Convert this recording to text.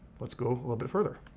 let's go a little bit further.